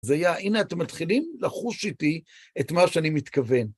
זה היה, הנה אתם מתחילים לחוש איתי את מה שאני מתכוון.